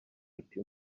ati